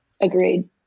Agreed